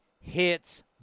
hits